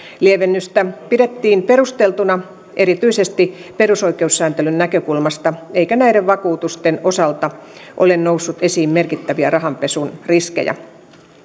lievennystä pidettiin perusteltuna erityisesti perusoikeussääntelyn näkökulmasta eikä näiden vakuutusten osalta ole noussut esiin merkittäviä rahanpesun riskejä